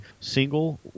single –